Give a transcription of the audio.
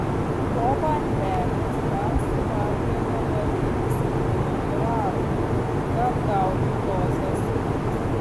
po bandelės dar suvalgė gabalėlį citrinų pyrago kad gautų dozę cukraus